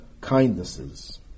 kindnesses